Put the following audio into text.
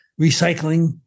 recycling